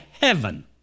heaven